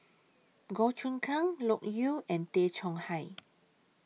Goh Choon Kang Loke Yew and Tay Chong Hai